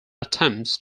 attempts